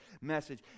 message